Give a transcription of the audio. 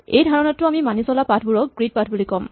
এই ধাৰণাটো মানি চলা পাথ বোৰক আমি গ্ৰীড পাথ বুলি ক'ম